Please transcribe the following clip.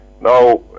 Now